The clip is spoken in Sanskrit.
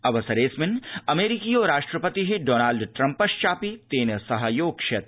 अवसरेऽस्मिन अमेरिकीयो राष्ट्रपतिः डोनाल्ड ट्रम्पश्चापि तेन सहयोक्ष्यति